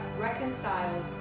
reconciles